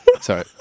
Sorry